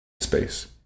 Space